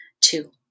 Two